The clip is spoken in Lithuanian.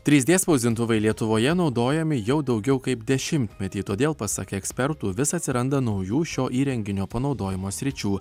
trys d spausdintuvai lietuvoje naudojami jau daugiau kaip dešimtmetį todėl pasak ekspertų vis atsiranda naujų šio įrenginio panaudojimo sričių